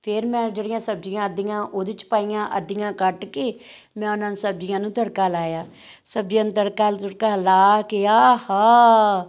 ਫਿਰ ਮੈਂ ਜਿਹੜੀਆਂ ਸਬਜ਼ੀਆਂ ਅੱਧੀਆਂ ਉਹਦੇ 'ਚ ਪਾਈਆਂ ਅੱਧੀਆਂ ਕੱਟ ਕੇ ਮੈਂ ਉਹਨਾਂ ਨੂੰ ਸਬਜ਼ੀਆਂ ਨੂੰ ਤੜਕਾ ਲਾਇਆ ਸਬਜ਼ੀਆਂ ਨੂੰ ਤੜਕਾ ਤੁੜਕਾ ਲਾ ਕੇ ਆਹਾ